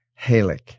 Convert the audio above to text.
Halik